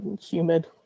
humid